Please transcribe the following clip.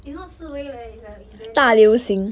is not 示威 leh it's like a event then